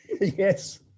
Yes